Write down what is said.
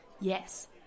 Yes